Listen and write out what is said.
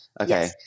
Okay